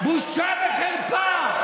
בושה וחרפה.